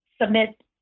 submit